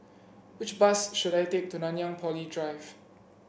which bus should I take to Nanyang Poly Drive